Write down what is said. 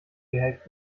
gehackt